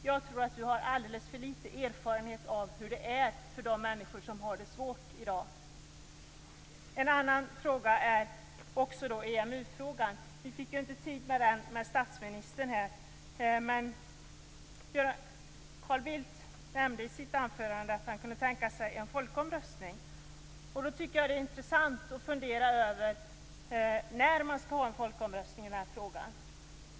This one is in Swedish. Jag tror att han har alldeles för liten erfarenhet av hur det är för de människor som har det svårt i dag. En annan fråga som jag vill ta upp är EMU frågan, som vi inte hann ta upp med statsministern. Carl Bildt nämnde i sitt anförande att han kunde tänka sig en folkomröstning. Det är då intressant att fundera över när man skall ha en folkomröstning i denna fråga.